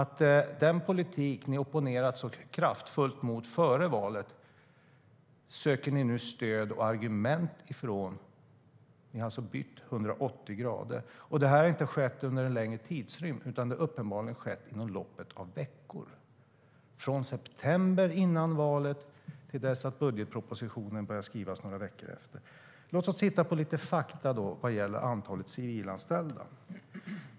Den politik ni före valet opponerade så kraftfullt mot söker ni nu stöd och argument för, Anders Ygeman. Ni har alltså vänt 180 grader. Det har inte skett under en längre tid utan uppenbarligen inom loppet av några veckor, från september före valet till dess att budgetpropositionen började skrivas några veckor senare. Låt oss titta på lite fakta vad gäller antalet civilanställda.